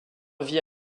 vit